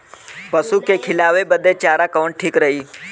पशु के खिलावे बदे चारा कवन ठीक रही?